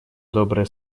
добрые